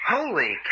Holy